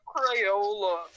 Crayola